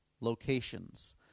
locations